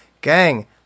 Gang